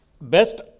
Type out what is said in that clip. best